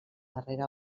darrera